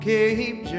Cape